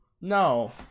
no